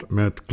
met